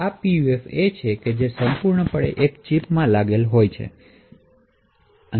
આ પીયુએફછે જે સંપૂર્ણપણે એક ચિપમાં લાગુ કરી શકાય છે